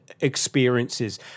experiences